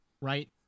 right